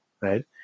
Right